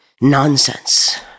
nonsense